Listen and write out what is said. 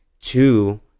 Two